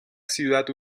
ciudad